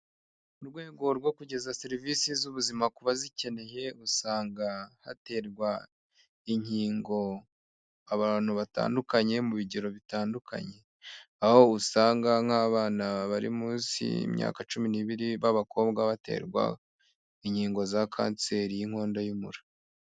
Mu rwego rwo kugeza serivisi z'ubuzima ku bazikeneye usanga haterwa inkingo abantu batandukanye mu bigero bitandukanye, aho usanga nk'abana bari munsi y'imyaka cumi n'ibiri b'abakobwa baterwa inkingo za kanseri y'inkondo y'umura.